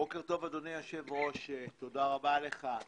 בוקר טוב, אדוני היושב-ראש, תודה רבה לך.